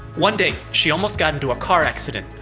one day, she almost got into a car accident.